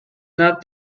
not